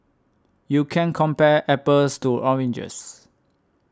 you can't compare apples to oranges